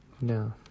no